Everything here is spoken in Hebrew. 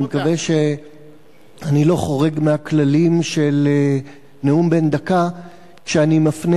אני מקווה שאני לא חורג מהכללים של נאום בן דקה כשאני מפנה